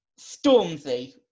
Stormzy